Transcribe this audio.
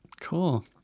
Cool